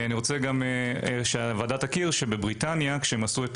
אני רוצה גם שהוועדה תכיר שבבריטניה כשהם עשו את